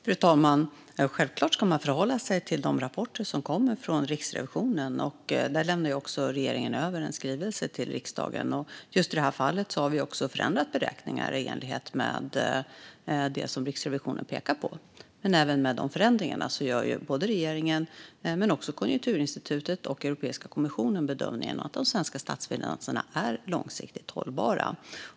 Fru talman! Självklart ska man förhålla sig till de rapporter som kommer från Riksrevisionen. Regeringen lämnar ju över en skrivelse om det till riksdagen. Just i detta fall har vi förändrat beräkningar i enlighet med det som Riksrevisionen pekar på. Men även med dessa förändringar gör regeringen liksom även Konjunkturinstitutet och Europeiska kommissionen bedömningen att de svenska statsfinanserna är långsiktigt hållbara.